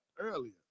earlier